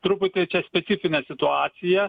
truputį čia specifinė situacija